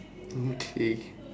okay